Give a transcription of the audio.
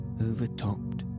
overtopped